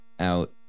out